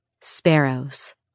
Sparrows